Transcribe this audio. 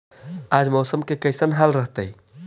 आज मौसम के कैसन हाल रहतइ?